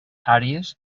àrees